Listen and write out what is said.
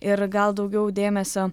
ir gal daugiau dėmesio